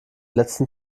letzten